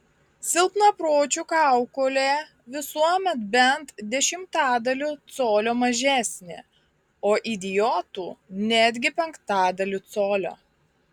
silpnapročių kaukolė visuomet bent dešimtadaliu colio mažesnė o idiotų netgi penktadaliu colio